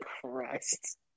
Christ